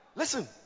Listen